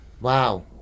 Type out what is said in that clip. Wow